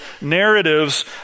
narratives